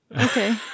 Okay